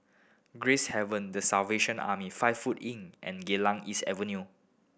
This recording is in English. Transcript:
Gracehaven The Salvation Army five foot Inn and Geylang East Avenue